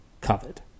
covered